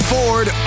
Ford